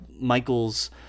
Michael's